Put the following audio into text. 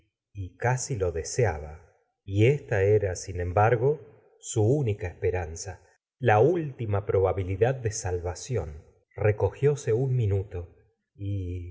y casi lo deseaba y esta era sin embargo su única esperanza la última probabilidad de salvación recogióse un minuto y